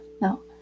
No